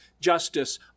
justice